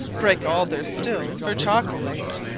breake all their stills for chocolate.